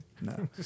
No